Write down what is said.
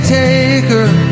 taker